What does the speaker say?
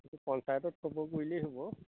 পঞ্চায়ত খবৰ কৰিলেই হ'ব